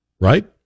Right